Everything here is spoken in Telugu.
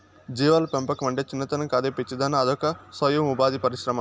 జీవాల పెంపకమంటే చిన్నతనం కాదే పిచ్చిదానా అదొక సొయం ఉపాధి పరిశ్రమ